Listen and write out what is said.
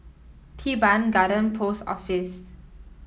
Teban Garden Post Office